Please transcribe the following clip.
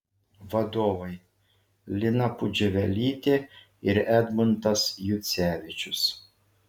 vadovai lina pudžiuvelytė ir edmundas jucevičius